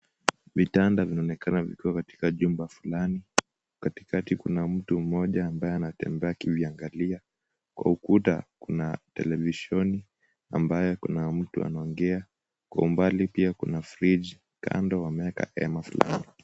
Vitanda vinaonekana vikiwa katika jumba fulani, katikati kuna mtu mmoja ambaye anatembea akiviangalia kwa ukuta kuna televisheni ambayo kuna mtu anaongea. Kwa umbali pia kuna friji kando wameweka hema fulani.